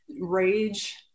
rage